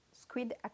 squid